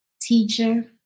teacher